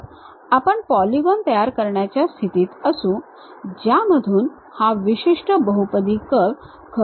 तर आपण पॉलीगॉन तयार करण्याच्या स्थितीत असू ज्यामधून हा विशिष्ट बहुपदी कर्व खरोखर जात आहे